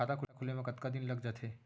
खाता खुले में कतका दिन लग जथे?